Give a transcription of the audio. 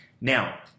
Now